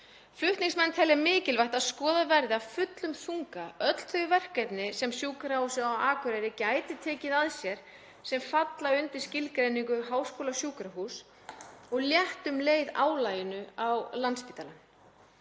Flutningsmenn telja mikilvægt að skoðuð verði af fullum þunga öll þau verkefni sem Sjúkrahúsið á Akureyri gæti tekið að sér sem falla undir skilgreiningu háskólasjúkrahúss og létt um leið álaginu á LSH.